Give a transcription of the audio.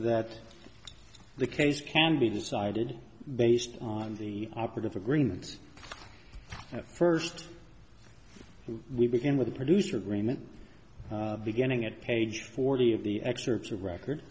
that the case can be decided based on the operative agreements first we begin with the producer agreement beginning at page forty of the excerpts of record